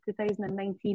2019